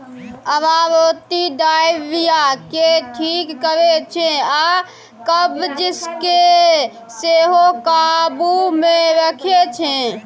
अरारोट diarrhoea केँ ठीक करै छै आ कब्ज केँ सेहो काबु मे रखै छै